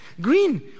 green